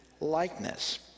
likeness